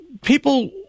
people